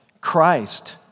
Christ